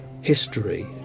history